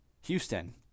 Houston